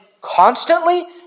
constantly